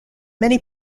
many